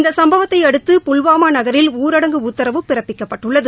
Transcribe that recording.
இந்த சம்பவத்தையடுத்து புல்வாமா நகரில் ஊரடங்கு உத்தரவு பிறப்பிக்கப்பட்டுள்ளது